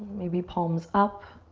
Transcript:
maybe palms up.